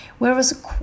Whereas